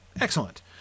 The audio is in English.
excellent